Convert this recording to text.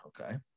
okay